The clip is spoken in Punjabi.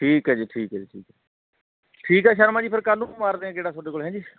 ਠੀਕ ਹੈ ਜੀ ਠੀਕ ਹੈ ਜੀ ਠੀਕ ਹੈ ਠੀਕ ਹੈ ਸ਼ਰਮਾ ਜੀ ਫਿਰ ਕੱਲ ਨੂੰ ਮਾਰਦੇ ਆ ਗੇੜਾ ਤੁਹਾਡੇ ਕੋਲ ਹੈਂ ਜੀ